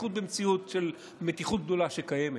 בייחוד במציאות של מתיחות גדולה שקיימת,